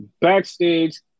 backstage